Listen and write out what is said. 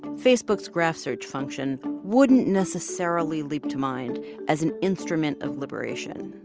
facebook's graph search function wouldn't necessarily leap to mind as an instrument of liberation